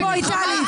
בואי טלי.